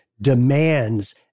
demands